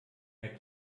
mehr